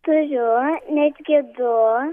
turiu netgi du